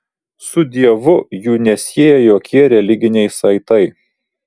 su dievu jų nesieja jokie religiniai saitai